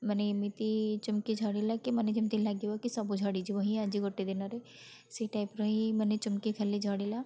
ମାନେ ଏମିତି ଚୁମ୍କି ଝଡ଼ିଲା କି ମାନେ ଯେମିତି ଲାଗିବ କି ସବୁ ଝଡ଼ିଯିବ ହିଁ ଆଜି ଗୋଟେ ଦିନରେ ସେଇ ଟାଇପ୍ର ହିଁ ମାନେ ଚୁମ୍କି ଖାଲି ଝଡ଼ିଲା